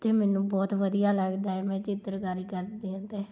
ਅਤੇ ਮੈਨੂੰ ਬਹੁਤ ਵਧੀਆ ਲੱਗਦਾ ਮੈਂ ਚਿੱਤਰਕਾਰੀ ਕਰਦੀ ਹਾਂ ਤੇ